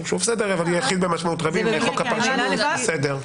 אבל יחיד במשמעות רבים בחוק הפרשנות זה בסדר.